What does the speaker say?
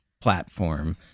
platform